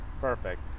Perfect